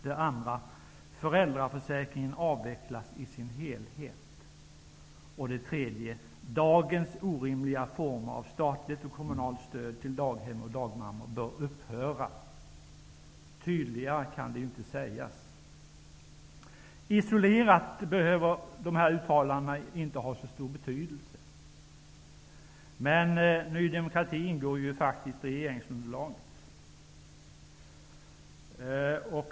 Det andra är: ''Föräldraförsäkringen avvecklas i sin helhet.'' Det tredje är: ''Dagens orimliga former av statligt och kommunalt stöd till daghem och dagmammor bör upphöra.'' Tydligare kan det inte sägas. Isolerat behöver de här uttalandena inte ha så stor betydelse. Men Ny demokrati ingår ju faktiskt i regeringsunderlaget.